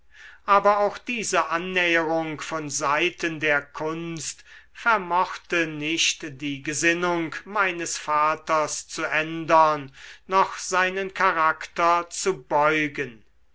aber auch diese annäherung von seiten der kunst vermochte nicht die gesinnung meines vaters zu ändern noch seinen charakter zu beugen